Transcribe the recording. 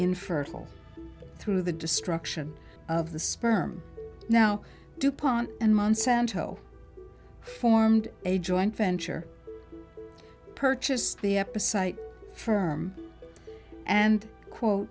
infertile through the destruction of the sperm now dupont and monsanto formed a joint venture purchased the episodic firm and quote